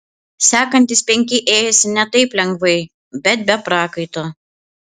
sekantys penki ėjosi ne taip lengvai bet be prakaito